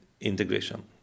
integration